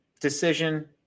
decision